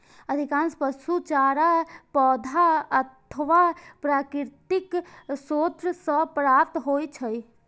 अधिकांश पशु चारा पौधा अथवा प्राकृतिक स्रोत सं प्राप्त होइ छै